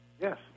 Yes